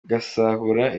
agasahura